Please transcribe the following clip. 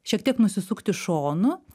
šiek tiek nusisukti šonu